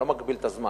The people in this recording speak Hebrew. אני לא מגביל את הזמן.